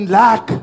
lack